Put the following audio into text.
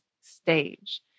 stage